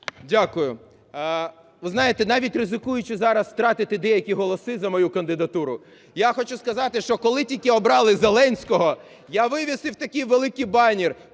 Дякую. Ви знаєте, навіть ризикуючи зараз втратити деякі голоси за мою кандидатуру, я хочу сказати, що коли тільки обрали Зеленського, я вивісив такий великий банер,